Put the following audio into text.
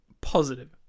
positive